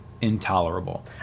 intolerable